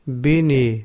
bini